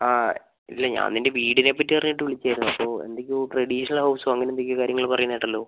ആ ഇല്ലാ ഞാൻ നിൻറ്റെ വീടിനേ പറ്റി അറിഞ്ഞിട്ട് വിളിക്കുകയായിരുന്നു എന്തൊക്കയോ ട്രെഡിഷണൽ ഹൗസോ അങ്ങനത്തെ എന്തൊക്കയോ കാര്യങ്ങൾ പറയണത് കേട്ടല്ലോ